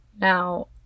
Now